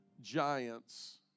giants